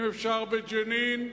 אם אפשר בג'נין,